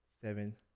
seven